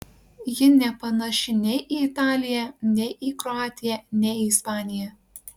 ji nepanaši nei į italiją nei į kroatiją nei į ispaniją